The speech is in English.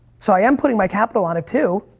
so i am putting my capital on it, too.